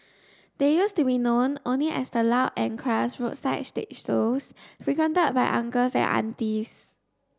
they used to be known only as the loud and crass roadside stage shows frequented by uncles and aunties